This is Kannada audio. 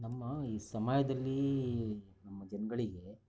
ನಮ್ಮ ಈ ಸಮಯದಲ್ಲಿ ಜನಗಳಿಗೆ